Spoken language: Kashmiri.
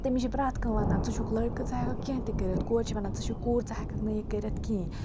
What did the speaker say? تٔمِس چھِ پرٛٮ۪تھ کانٛہہ وَنان ژٕ چھُکھ لٔڑکہٕ ژٕ ہٮ۪کَکھ کینٛہہ تہِ کٔرِتھ کورِ چھِ وَنان ژٕ چھَکھ کوٗر ژٕ ہٮ۪کَکھ نہٕ یہِ کٔرِتھ کینٛہہ